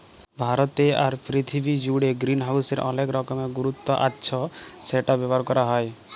ভারতে আর পীরথিবী জুড়ে গ্রিনহাউসের অলেক রকমের গুরুত্ব আচ্ছ সেটা ব্যবহার ক্যরা হ্যয়